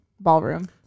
ballroom